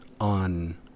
on